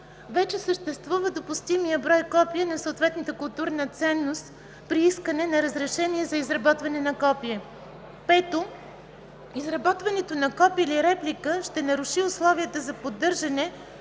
вече съществува допустимият брой копия на съответната културна ценност – при искане на разрешение за изработване на копие; 5. изработването на копие или реплика ще наруши условията за поддържане